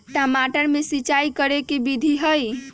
टमाटर में सिचाई करे के की विधि हई?